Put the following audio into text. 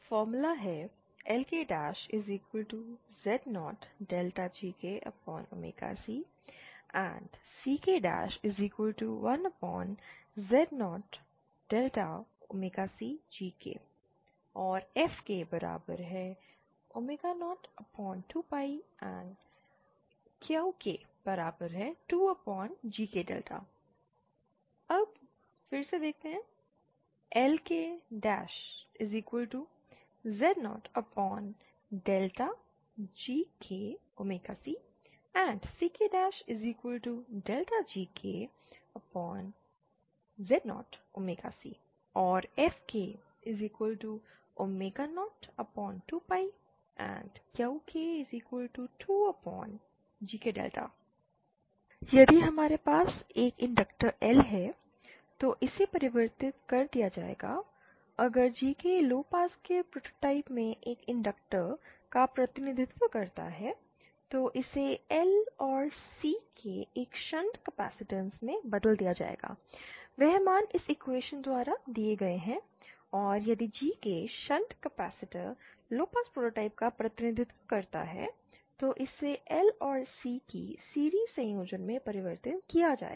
LkZ0gkc and Ck1Z0cgk or fk02π and Qk2gk LkZ0gkc and CkgkZ0c or fk02π and Qk2gk यदि हमारे पास एक inductor L है तो इसे परिवर्तित कर दिया जाएगा अगर gk लोपास के प्रोटोटाइप में एक इंडक्टर का प्रतिनिधित्व करता है तो इसे L और C के एक शंट कैपेसिटेंस में बदल दिया जाएगा वे मान इस इक्वेशन द्वारा दिए गए हैं और यदि gk shunt capacitor low pass prototype का प्रतिनिधित्व करता है तो इसे Lऔर C की सीरिज़ संयोजन में परिवर्तित किया जाएगा